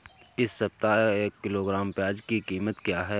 इस सप्ताह एक किलोग्राम प्याज की कीमत क्या है?